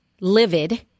livid